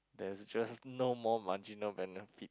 there's just no more marginal benefit